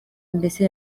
mbese